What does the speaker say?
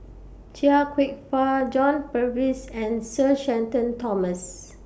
Chia Kwek Fah John Purvis and Sir Shenton Thomas